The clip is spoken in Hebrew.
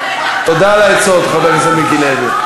תודה על העצות, חבר הכנסת מיקי לוי.